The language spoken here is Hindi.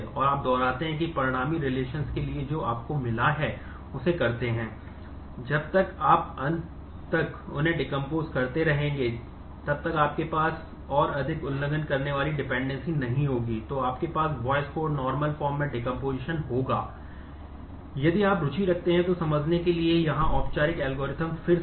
यदि आप रुचि रखते हैं तो समझने के लिए यहां औपचारिक एल्गोरिथ्म फिर से है